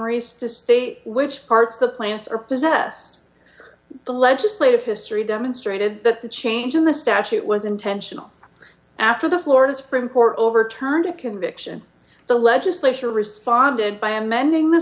summaries to state which parts the plants are possessed the legislative history demonstrated that the change in the statute was intentional after the florida supreme court overturned a conviction the legislature responded by amending the